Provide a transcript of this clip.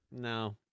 No